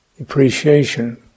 appreciation